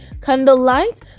candlelight